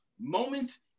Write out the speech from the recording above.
Moments